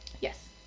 Yes